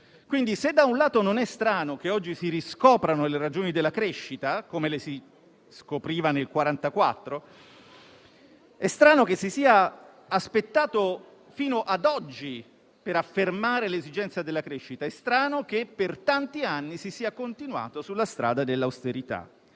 se, da un lato, non è strano che oggi si riscoprano le ragioni della crescita, come si scoprivano nel 1944, lo è che si sia aspettato fino ad oggi per affermare l'esigenza della crescita e che, per tanti anni, si sia continuato sulla strada dell'austerità.